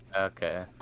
okay